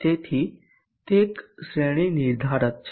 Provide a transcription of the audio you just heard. તેથી તે એક શ્રેણી નિર્ધારક છે